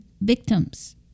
victims